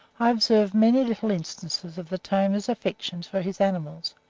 i observed many little instances of the tamer's affection for his animals.